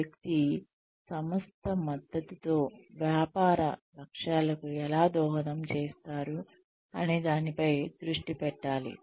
వ్యక్తి సంస్థ మద్దతుతో వ్యాపార లక్ష్యాలకు ఎలా దోహదం చేస్తారు అనే దానిపై దృష్టి పెట్టాలి